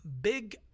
big